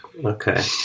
Okay